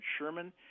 Sherman